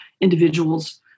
individuals